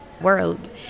world